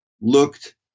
looked